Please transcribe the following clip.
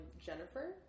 Jennifer